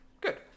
Good